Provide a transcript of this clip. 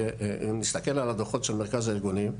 אני מסתכל על הדוחות של מרכז הארגונים,